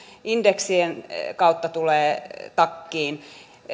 indeksien kautta tulee takkiin